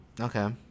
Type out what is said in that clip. Okay